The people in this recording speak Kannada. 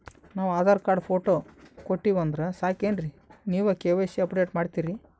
ನಾವು ಆಧಾರ ಕಾರ್ಡ, ಫೋಟೊ ಕೊಟ್ಟೀವಂದ್ರ ಸಾಕೇನ್ರಿ ನೀವ ಕೆ.ವೈ.ಸಿ ಅಪಡೇಟ ಮಾಡ್ತೀರಿ?